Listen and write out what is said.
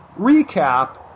recap